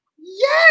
yes